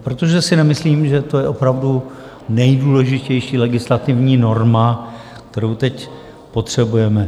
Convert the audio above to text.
Protože si nemyslím, že to je opravdu nejdůležitější legislativní norma, kterou teď potřebujeme.